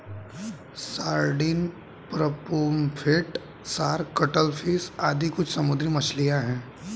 sardine, pomfret, shark, cuttlefish आदि कुछ समुद्री मछलियाँ हैं